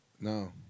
No